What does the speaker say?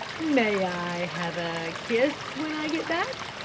may i have a kiss when i get back?